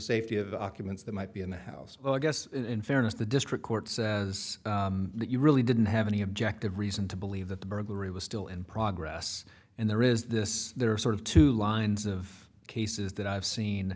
safety of the occupants that might be in the house but i guess in fairness the district court says that you really didn't have any objective reason to believe that the burglary was still in progress and there is this there are sort of two lines of cases that i've seen